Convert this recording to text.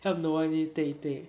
help nowani ta~ take